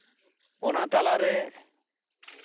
ᱚᱱᱟ ᱛᱟᱞᱟᱨᱮ